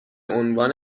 عنوان